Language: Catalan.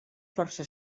força